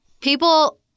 people